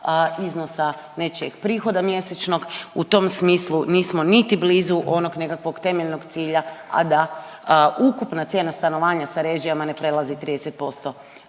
iznosa nečijeg prihoda mjesečnog. U tom smislu nismo niti blizu onog nekakvog temeljnog cilja, a da ukupna cijena stanovanja sa režijama ne prelazi 30%